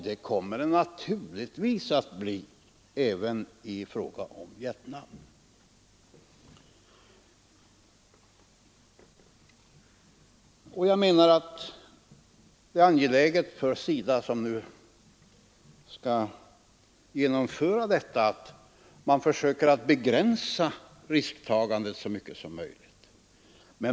Det kommer det naturligtvis att vara även i Vietnam. Det är angeläget för SIDA, som nu skall genomföra detta projekt, att försöka begränsa risktagandet så mycket som möjligt.